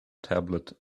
tablet